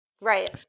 Right